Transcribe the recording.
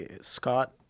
Scott